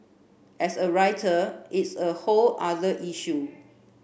as a writer it's a whole other issue